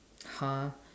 !huh!